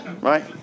Right